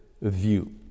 view